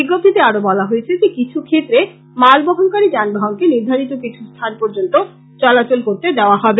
বিজ্ঞপ্তীতে আরো বলা হয়েছে যে কিছু ক্ষেত্রে মাল বহনকারী যান বাহনকে নির্ধারিত কিছু স্থান পর্য্যন্ত চলাচল করতে দেওয়া হবে